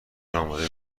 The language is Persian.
اماده